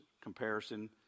comparison